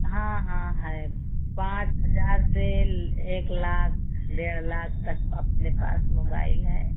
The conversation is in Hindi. हाँ हाँ है पाँच हजार से एक लाख डेढ़ लाख तक अपने पास मोबाइल हैं